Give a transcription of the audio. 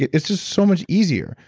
it's just so much easier.